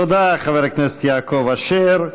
תודה לחבר הכנסת יעקב אשר.